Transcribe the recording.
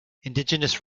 indigenous